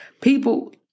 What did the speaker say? people